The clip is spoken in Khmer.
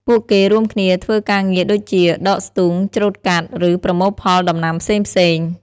ពួកគេរួមគ្នាធ្វើការងារដូចជា ដកស្ទូង ច្រូតកាត់ ឬ ប្រមូលផល ដំណាំផ្សេងៗ។